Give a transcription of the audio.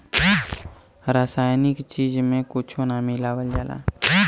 रासायनिक चीज में कुच्छो ना मिलावल जाला